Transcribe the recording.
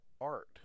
art